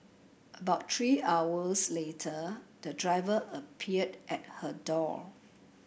about three hours later the driver appeared at her door